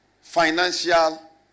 financial